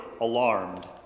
alarmed